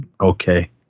okay